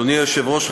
אדוני היושב-ראש,